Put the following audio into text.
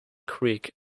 creek